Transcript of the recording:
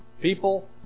People